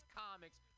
comics